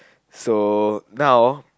so now